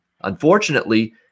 Unfortunately